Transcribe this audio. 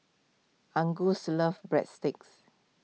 Angus loves Breadsticks